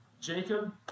Jacob